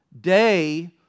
day